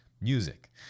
music